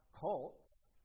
cults